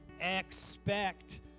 expect